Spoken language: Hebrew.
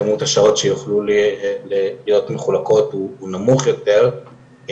כמות השעות שיוכלו להיות מחולקות הוא נמוך יותר.